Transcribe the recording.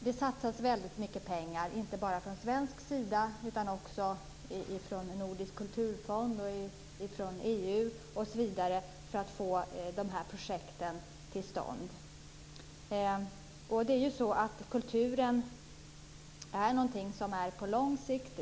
Det satsas väldigt mycket pengar - inte bara från svensk sida utan också från Nordisk kulturfond, från EU osv. - för att få de här projekten till stånd. Kultur är ju något långsiktigt.